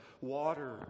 water